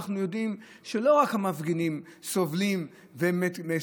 אנחנו יודעים שלא רק המפגינים סובלים ונמצאים